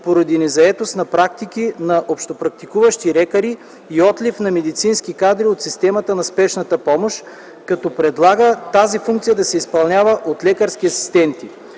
поради незаетост на практики на общопрактикуващи лекари и отлив на медицински кадри от системата на спешната помощ, като предлага тази функция да се изпълнява от лекарски асистенти.